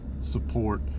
support